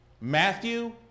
Matthew